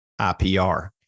IPR